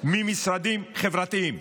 ממשרדים חברתיים.